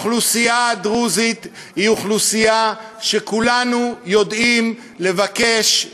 האוכלוסייה הדרוזית היא אוכלוסייה שכולנו יודעים לבקש,